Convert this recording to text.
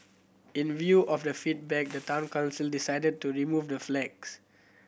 in view of the feedback the Town Council decided to remove the flags